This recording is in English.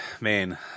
Man